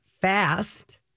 fast